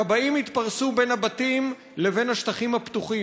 הכבאים התפרסו בין הבתים לבין השטחים הפתוחים.